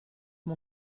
mon